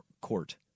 court